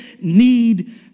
need